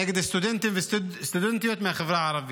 נגד סטודנטים וסטודנטיות מהחברה הערבית,